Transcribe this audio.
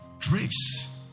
grace